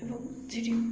ଏବଂ ସେଠି